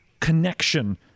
connection